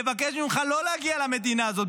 נבקש ממך לא להגיע למדינה הזאת.